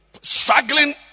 Struggling